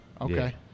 Okay